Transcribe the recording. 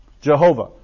Jehovah